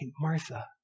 Martha